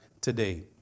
today